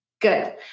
Good